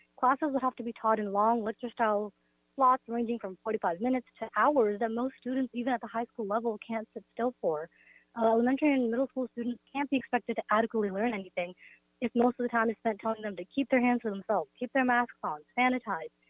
classes will have to be taught in long lecture style lots, ranging from forty five minutes to hours. and most students, even at the high school level, can't sit still for. an elementary and middle school student can't be expected to adequately learn anything if most of the time is spent telling them to keep their hands to themselves, keep their mask on, sanitize,